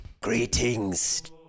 Greetings